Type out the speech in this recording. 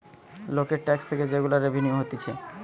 লোকের ট্যাক্স থেকে যে গুলা রেভিনিউ হতিছে